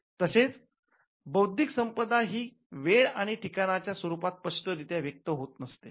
तसेच बौद्धिक संपदा ही वेळ आणि ठिकाणाच्या स्वरुपात स्पष्ट रित्या व्यक्त होत नसते